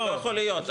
זה לא יכול להיות.